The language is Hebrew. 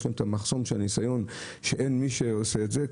להם את המחסום של הניסיון שאין מי שעושה את זה,